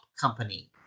company